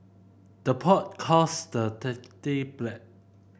the pot calls the black